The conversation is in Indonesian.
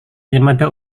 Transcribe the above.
yamada